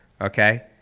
Okay